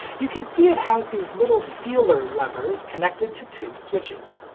you can see it has these little feeler levers connected to two switches.